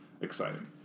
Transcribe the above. exciting